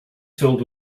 filled